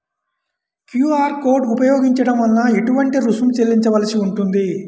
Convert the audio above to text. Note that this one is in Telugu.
క్యూ.అర్ కోడ్ ఉపయోగించటం వలన ఏటువంటి రుసుం చెల్లించవలసి ఉంటుంది?